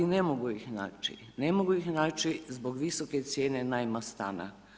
I ne mogu ih naći, ne mogu ih naći zbog visoke cijene najma stana.